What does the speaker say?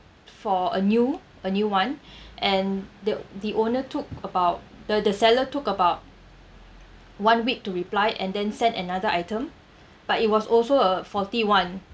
for a new a new one and the the owner took about the the seller took about one week to reply and then sent another item but it was also a faulty one